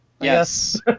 Yes